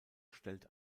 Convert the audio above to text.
stellt